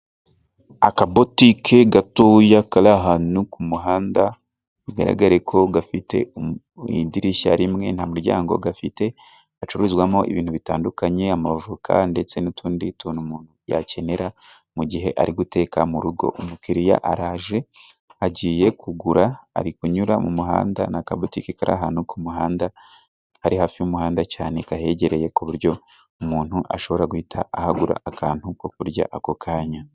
Akabotike gatoya kari ahantu ku muhanda bigaragareko gafite idirishya rimwe nta muryango gafite, gacururizwamo ibintu bitandukanye amavuka ndetse n'utundi tuntu umuntu yakenera mu gihe ari guteka mu rugo. Umukiriya araje agiye kugura ari kunyura mu muhanda, ni akabotike kari ahantu ku muhanda kari hafi y'umuhanda cyane kahegereye ku buryo umuntu ashobora guhita ahagura akantu ko kurya ako kanya.